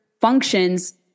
functions